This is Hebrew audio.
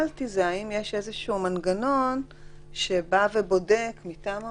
שאלתי זה האם יש איזשהו מנגנון שבא ובודק מטעם המדינה.